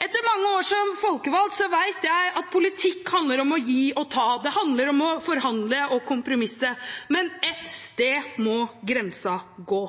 Etter mange år som folkevalgt vet jeg at politikk handler om å gi og ta. Det handler om å forhandle og kompromisse. Men ett sted må grensen gå.